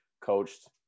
coached